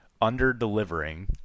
under-delivering